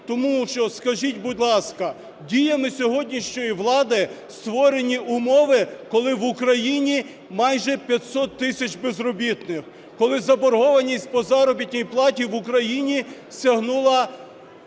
Тому що, скажіть, будь ласка, діями сьогоднішньої влади створені умови, коли в Україні майже 500 тисяч безробітних, коли заборгованість по заробітній платі в Україні сягнула